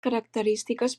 característiques